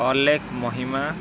Alekh Mahima